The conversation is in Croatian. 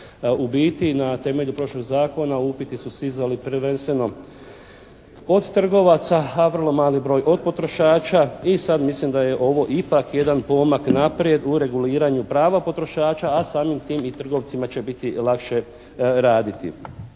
u biti na temelju prošlog Zakona upiti su stizali prvenstveno od trgovaca a vrlo mali broj od potrošača. I sad mislim da je ovo ipak jedan pomak naprijed u reguliranju prava potrošača, a samim tim i trgovcima će biti lakše raditi.